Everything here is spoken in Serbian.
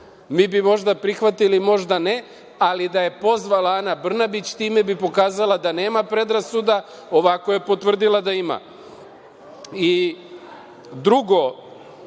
Mi bi možda prihvatili, možda ne, ali da je pozvala Ana Brnabić, time bi pokazala da nema predrasuda, ovako je potvrdila da